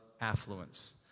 affluence